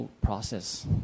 process